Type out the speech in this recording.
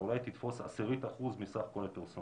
אתה אולי תתפוס עשירית אחוז מסך כל הפרסום,